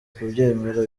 kubyemera